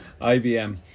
IBM